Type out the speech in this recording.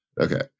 Okay